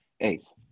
ace